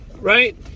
right